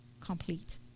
complete